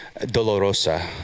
Dolorosa